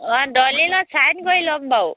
অঁ দলিলত ছাইন কৰি ল'ম বাৰু